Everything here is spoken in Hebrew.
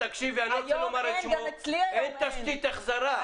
תקשיבי, צריך לומר אין תשתית החזרה.